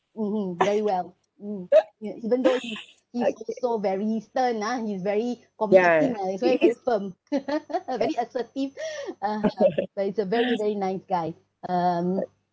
mmhmm very well mm you know he even though he he scold so very stern ah he is very accommodating ah he is stern very assertive but he's a very very nice guy um